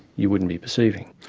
you wouldn't be perceiving.